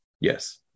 Yes